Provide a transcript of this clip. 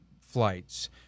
flights